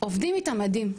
עובדים איתה מדהים.